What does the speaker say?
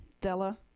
Della